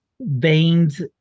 Veins